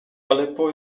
aleppo